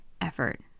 effort